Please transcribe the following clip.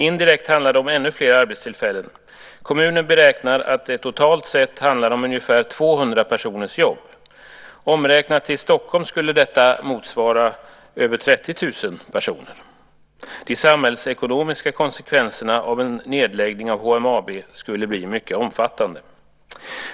Indirekt handlar det om ännu fler arbetstillfällen. Kommunen beräknar att det totalt sett handlar om ungefär 200 personers jobb. Omräknat till Stockholm skulle detta motsvara över 30 000 personer. De samhällsekonomiska konsekvenserna av en nedläggning av HMAB skulle bli mycket omfattande.